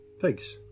Thanks